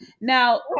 Now